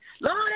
Lord